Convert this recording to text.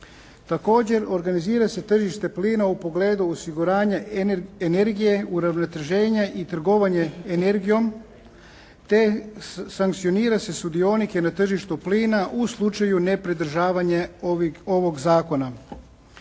Također, organizira se tržišta plina u pogledu osiguranja energije, uravnoteženja i trgovanje energijom te sankcionira se sudionike na tržištu plina u slučaju nepridržavanja ovog zakona.